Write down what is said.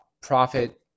profit